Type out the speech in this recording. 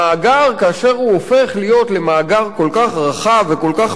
כאשר הוא הופך להיות למאגר כל כך רחב וכל כך פתוח,